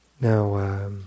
Now